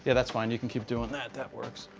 that's fine. you can keep doing that. that works.